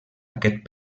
aquest